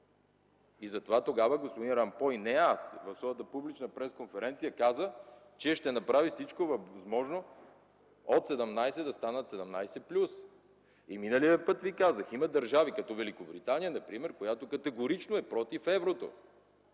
Затова тогава господин Ромпой – не аз, в своята публична пресконференция каза, че ще направи всичко възможно от 17 да станат 17 плюс. И миналия път ви казах, че има държави като Великобритания, например, която категорично е против еврото.